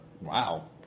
Wow